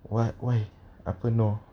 what why apa no